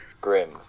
Grim